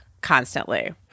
constantly